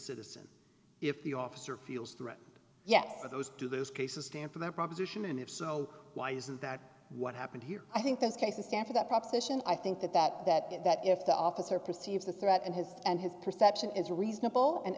citizen if the officer feels threatened yet for those do those cases stand for that proposition and if so why isn't that what happened here i think those cases stand for that proposition i think that that that that if the officer perceives a threat and has and his perception is reasonable and